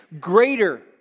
greater